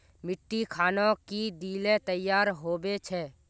मिट्टी खानोक की दिले तैयार होबे छै?